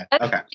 okay